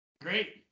Great